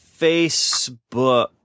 Facebook